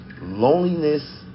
Loneliness